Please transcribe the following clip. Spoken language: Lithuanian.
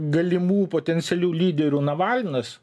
galimų potencialių lyderių navalnas